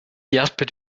hjälper